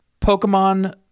Pokemon